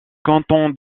canton